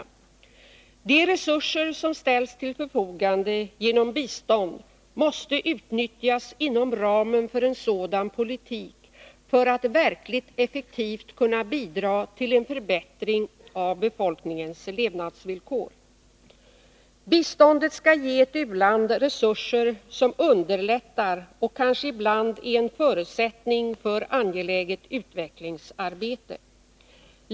De resurser som ställs till förfogande genom bistånd måste utnyttjas inom ramen för en sådan politik för att verkligt effektivt kunna bidra till en förbättring av befolkningens levnadsvillkor. Biståndet skall ge ett u-land resurser som underlättar och kanske ibland är en förutsättning för angeläget utvecklingsarbete.